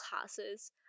classes